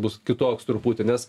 bus kitoks truputį nes